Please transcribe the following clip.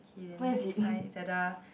k then sign it's at the